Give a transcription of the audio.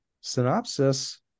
Synopsis